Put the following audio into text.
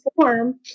form